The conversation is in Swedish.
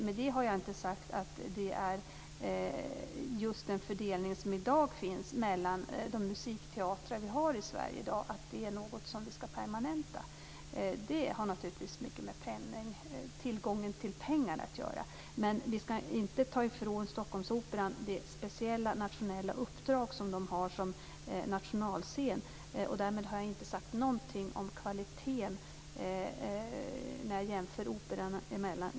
Med detta har jag inte sagt att just den fördelning som vi har i Sverige i dag mellan musikteatrarna är någonting som vi skall permanenta. Den har naturligtvis mycket med tillgången till pengar att göra. Men vi skall inte ta ifrån Stockholmsoperan dess speciella nationella uppdrag som nationalscen. Därmed har jag inte gjort någon som helst jämförelse av kvaliteten operorna emellan.